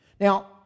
Now